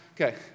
Okay